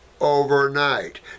overnight